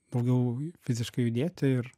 daugiau fiziškai judėti ir